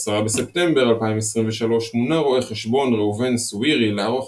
ב-10 בספטמבר 2023 מונה רו"ח ראובן סווירי לערוך